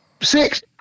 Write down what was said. six